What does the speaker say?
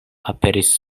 aperis